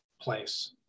place